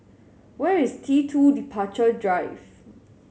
where is T Two Departure Drive